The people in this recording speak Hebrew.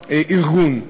באותו ארגון,